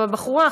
אבל הבחורה,